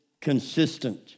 consistent